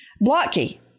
Blocky